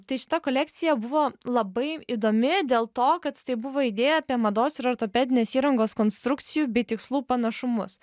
tai šita kolekcija buvo labai įdomi dėl to kad tai buvo idėja apie mados ir ortopedinės įrangos konstrukcijų bei tikslų panašumus